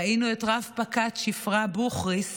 ראינו את רב-פקד שפרה בוכריס